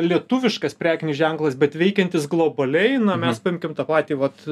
lietuviškas prekinis ženklas bet veikiantis globaliai na mes paimkim tą patį vat